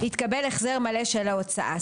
יתקבל החזר מלא של ההוצאה.